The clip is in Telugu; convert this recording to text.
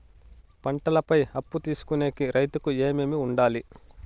పంటల పై అప్పు తీసుకొనేకి రైతుకు ఏమేమి వుండాలి?